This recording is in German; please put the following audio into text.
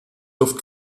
luft